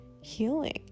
healing